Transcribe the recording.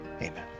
Amen